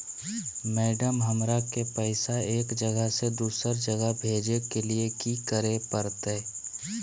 Madam, हमरा के पैसा एक जगह से दुसर जगह भेजे के लिए की की करे परते?